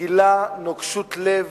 גילה נוקשות לב,